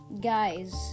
Guys